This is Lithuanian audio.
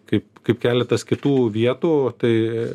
kaip kaip keletas kitų vietų tai